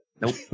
nope